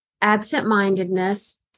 absent-mindedness